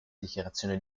dichiarazione